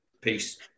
Peace